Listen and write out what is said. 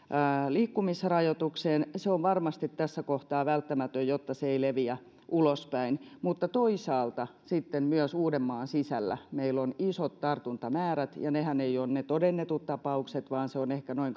liikkumisrajoitukseen se on varmasti tässä kohtaa välttämätön jotta se ei leviä ulospäin mutta toisaalta myös uudenmaan sisällä meillä on isot tartuntamäärät ja nehän eivät ole ne todennetut tapaukset vaan se on ehkä noin